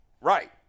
right